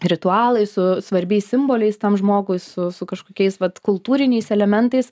ritualais su svarbiais simboliais tam žmogui su su kažkokiais vat kultūriniais elementais